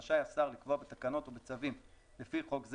רשאי השר לקבוע בתקנות או בצווים לפי חוק זה